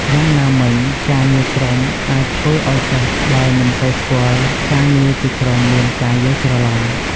យ៉ាងណាមិញ ការងារក្រុមអាចធ្វើឲ្យសិស្សដែលមិនសូវស្គាល់ការងារជាក្រុមមានការយល់ច្រឡំ។